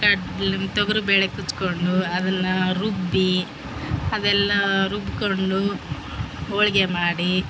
ಕಡ್ಲ್ ತೊಗ್ರ್ಬೇಳೆ ಕುಚ್ಕೊಂಡು ಅದನ್ನ ರುಬ್ಬಿ ಅದೆಲ್ಲಾ ರುಬ್ಕೊಂಡು ಹೋಳ್ಗೆ ಮಾಡಿ